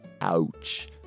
Ouch